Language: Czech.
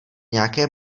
nějaké